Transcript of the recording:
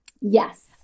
Yes